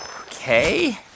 Okay